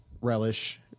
relish